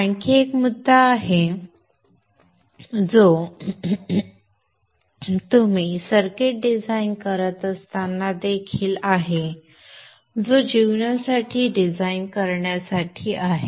आणखी एक मुद्दा आहे जो तुम्ही सर्किट्स डिझाईन करत असताना देखील आहे जो जीवनासाठी डिझाइन करण्यासाठी आहे